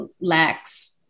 lacks